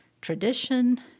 tradition